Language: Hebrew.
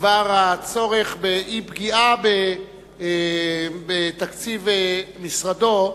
בדבר הצורך באי-פגיעה בתקציב משרדו,